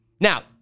Now